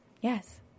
Yes